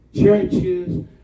churches